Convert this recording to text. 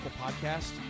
podcast